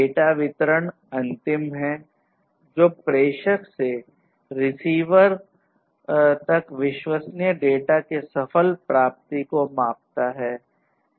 data वितरण अंतिम है जो प्रेषक से रिसीवर तक विश्वसनीय डेटा के सफल प्राप्ति को मापता है